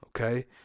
okay